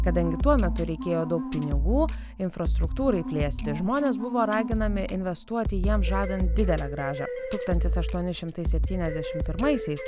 kadangi tuo metu reikėjo daug pinigų infrastruktūrai plėsti žmonės buvo raginami investuoti jam žadant didelę grąžą tūkstantis aštuoni šimtai septyniasdešimt pirmaisiais